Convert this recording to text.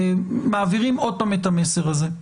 מעבירים עוד פעם את המסר הזה.